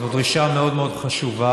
זו דרישה מאוד מאוד חשובה.